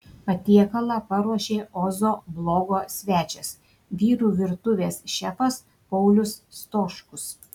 patiekalą paruošė ozo blogo svečias vyrų virtuvės šefas paulius stoškus